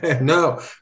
No